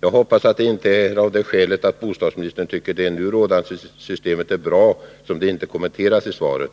Jag hoppas att det inte är av det skälet att bostadsministern tycker det nu rådande systemet är bra som det inte kommenterats i svaret.